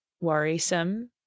worrisome